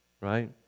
right